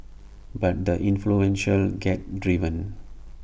but the influential get driven